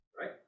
Right